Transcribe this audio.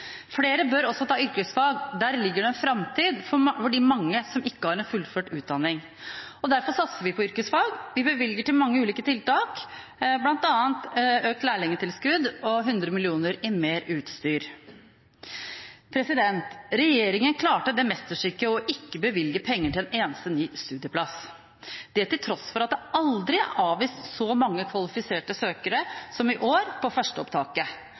Flere bør ta yrkesfag; der ligger det en framtid for de mange som ikke har en fullført utdanning. Derfor satser vi på yrkesfag: Vi bevilger til mange ulike tiltak, bl.a. økt lærlingtilskudd og 100 mill. kr til mer utstyr. Regjeringen klarte det mesterstykket ikke å bevilge penger til en eneste ny studieplass – det til tross for at det aldri er blitt avvist så mange kvalifiserte søkere i førsteopptaket som i år.